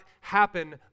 happen